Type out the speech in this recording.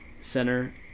center